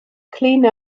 clean